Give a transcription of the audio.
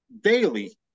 Daily